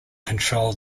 control